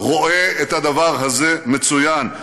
רואה את הדבר הזה מצוין.